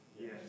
Yes